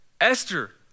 Esther